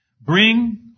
Bring